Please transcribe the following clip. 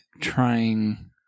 trying